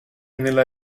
nella